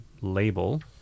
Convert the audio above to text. label